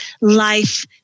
life